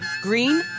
Green